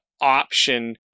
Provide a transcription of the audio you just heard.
option